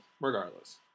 regardless